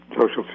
Social